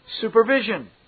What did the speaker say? supervision